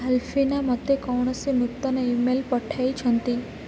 ଆଲଫିନା ମୋତେ କୌଣସି ନୂତନ ଇ ମେଲ୍ ପଠାଇଛନ୍ତି